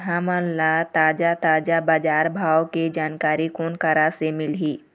हमन ला ताजा ताजा बजार भाव के जानकारी कोन करा से मिलही?